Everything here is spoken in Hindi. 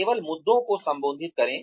केवल मुद्दों को संबोधित करें